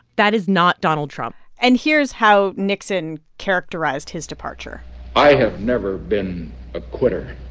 that is not donald trump and here's how nixon characterized his departure i have never been a quitter.